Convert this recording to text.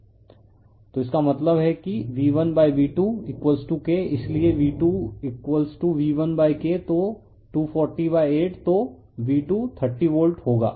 refer slide time 1321 तो इसका मतलब है कि V1V2K इसलिए V2V1K तो 2408 तो V2 30 वोल्ट होगा